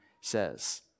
says